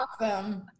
awesome